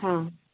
हाँ